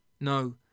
No